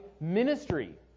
ministry